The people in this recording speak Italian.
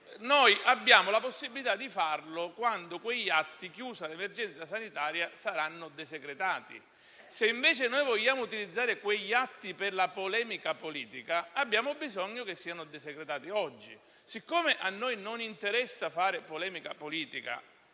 avremo la possibilità di farlo quando quegli atti, chiusa l'emergenza sanitaria, saranno desecretati. Se invece vogliamo utilizzare quegli atti per la polemica politica, abbiamo bisogno che siano desecretati oggi. Ma a noi non interessa fare polemica politica,